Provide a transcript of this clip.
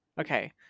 okay